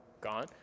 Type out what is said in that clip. Gone